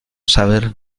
saber